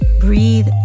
breathe